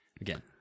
again